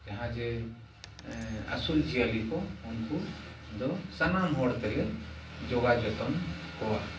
ᱡᱟᱦᱟᱸᱭ ᱡᱮ ᱟᱹᱥᱩᱞ ᱡᱤᱭᱟᱹᱞᱤ ᱠᱚ ᱩᱱᱠᱩ ᱫᱚ ᱥᱟᱱᱟᱢ ᱦᱚᱲ ᱛᱮᱞᱮ ᱡᱚᱜᱟᱣ ᱡᱚᱛᱚᱱ ᱠᱚᱣᱟ